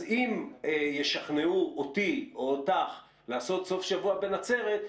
אם ישכנעו אותי או אותך לעשות סוף שבוע בנצרת,